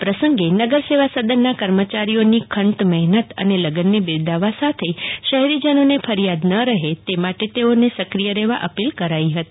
આ નગર સેવા સદનના કર્મચારીઓની ખંત મહેનત અને લગન ને બિરદાવવા સાથે શહેરી જાણો ને ફરિથાદ ન રહે તે માટે તેઓને સક્રિય રહેવા અપીલ કરાઈ હતી